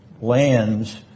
lands